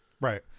Right